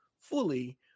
fully